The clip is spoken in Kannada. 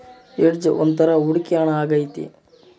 ಹೆಡ್ಜ್ ಒಂದ್ ತರ ಹೂಡಿಕೆ ಹಣ ಆಗೈತಿ